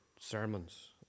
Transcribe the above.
sermons